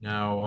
Now